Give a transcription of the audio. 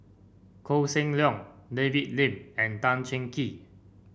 Koh Seng Leong David Lim and Tan Cheng Kee